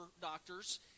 doctor's